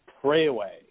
Pray-Away